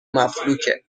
مفلوکه